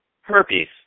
Herpes